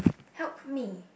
help me